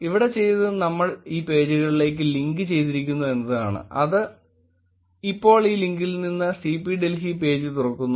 ഇവിടെ ചെയ്തത് നമ്മൾ ഈ പേജുകളിലേക്ക് ലിങ്ക് ചെയ്തിരിക്കുന്നു എന്നതാണ് അത് ഇപ്പോൾ ഈ ലിങ്കിൽ നിന്ന് CP ഡൽഹി പേജ് തുറക്കുന്നു